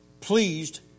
pleased